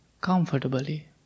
comfortably